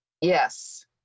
Yes